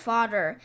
Father